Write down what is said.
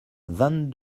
vingt